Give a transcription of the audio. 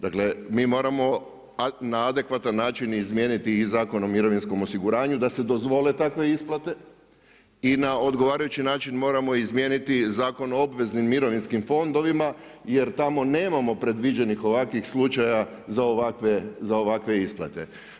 Dakle, mi moramo na adekvatan način izmijeniti i Zakon o mirovinskom osiguranju, da se dozvole takve isplate, i na odgovarajući način moramo izmijeniti Zakon o obveznim mirovinskim fondovima, jer tamo nemamo predviđenih ovakvih slučajeva za ovakve isplate.